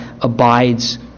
abides